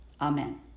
Amen